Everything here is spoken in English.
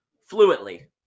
fluently